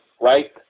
right